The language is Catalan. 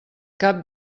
cap